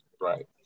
right